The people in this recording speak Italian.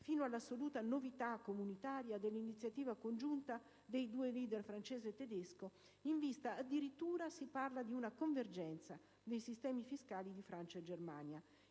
fino all'assoluta novità comunitaria dell'iniziativa congiunta dei due leader, francese e tedesco, in vista addirittura - si parla - di una convergenza dei sistemi fiscali di Francia e Germania.